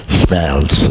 smells